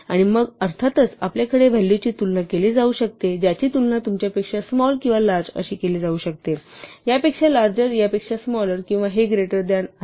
आणि मग अर्थातच आपल्याकडे व्हॅलू ची तुलना केली जाऊ शकते ज्याची तुलना तुमच्यापेक्षा स्मॉल किंवा लार्ज अशी केली जाऊ शकते यापेक्षा लार्जर यापेक्षा स्मालर आणि हे ग्रेटर दॅन आहे